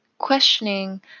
questioning